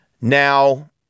Now